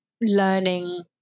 learning